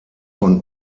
von